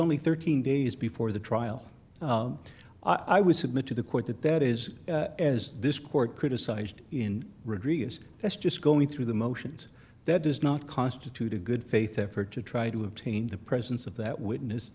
only thirteen days before the trial i would submit to the court that that is as this court criticized in reus that's just going through the motions that does not constitute a good faith effort to try to obtain the presence of that witness